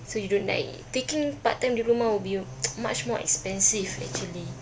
so you don't like taking part time diploma will be much more expensive actually